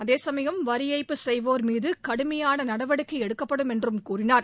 அதே சமயம் வரி ஏய்ப்பு செய்வோர் மீது கடுமையான நடவடிக்கை எடுக்கப்படும் என்றும் கூறினார்